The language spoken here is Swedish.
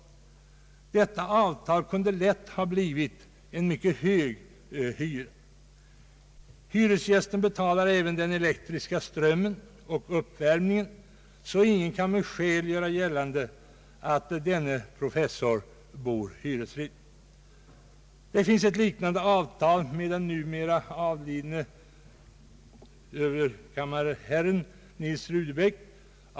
Detta avtal kunde lätt ha medfört en mycket hög hyra. Hyresgästen betalar även den elektriska strömmen och uppvärmningen, så ingen kan med skäl göra gällande att denne professor bor hyresfritt. Det finns ett liknande avtal med den numera avlidne överkammarherren Nils Rudebeck.